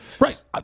Right